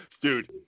Dude